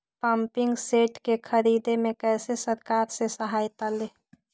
Pumping set के ख़रीदे मे कैसे सरकार से सहायता ले?